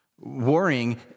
Worrying